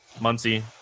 Muncie